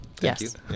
Yes